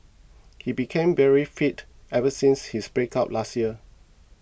he became very fit ever since his breakup last year